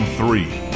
three